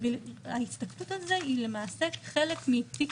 ההסתכלות על זה היא למעשה כעל חלק מתיק